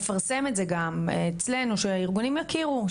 ריכוז ונפרסם את זה גם אצלנו שהארגונים יכירו,